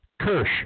Kirsch